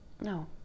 No